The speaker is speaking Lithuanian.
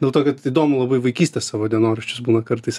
dėl to kad įdomu labai vaikystės savo dienoraščius būna kartais